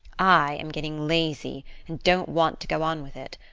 i am getting lazy, and don't want to go on with it.